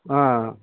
ఆ